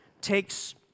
takes